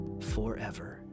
forever